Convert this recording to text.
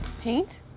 paint